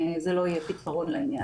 זה לא יהיה פתרון לעניין.